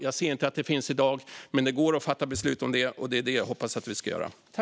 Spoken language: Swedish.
Jag ser inte att det finns i dag. Men det går att fatta beslut om det, och det är det som jag hoppas att vi ska göra.